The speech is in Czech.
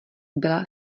byla